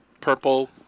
purple